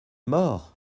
mort